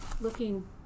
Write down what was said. looking